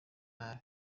nabi